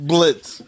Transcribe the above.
Blitz